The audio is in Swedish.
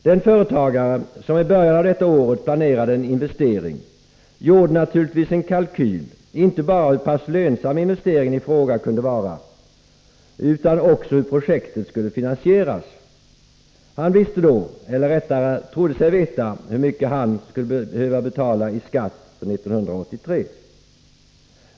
Den företagare som i början av detta år planerade en investering gjorde naturligtvis en kalkyl inte bara över hur pass lönsam investeringen i fråga kunde vara utan också över hur projektet skulle finansieras. Företagaren visste då, eller rättare sagt trodde sig veta, hur mycket han skulle behöva betala i skatt för 1983.